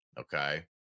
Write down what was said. Okay